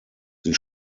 sie